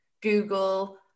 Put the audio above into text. Google